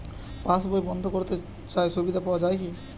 পাশ বই বন্দ করতে চাই সুবিধা পাওয়া যায় কি?